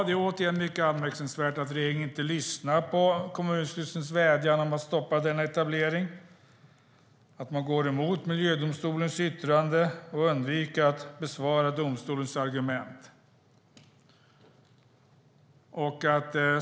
Det är återigen mycket anmärkningsvärt att regeringen inte lyssnar på kommunstyrelsens vädjan om att stoppa denna etablering och går emot mark och miljödomstolens yttrande och undviker att besvara domstolens argument.